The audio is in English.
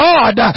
God